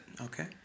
Okay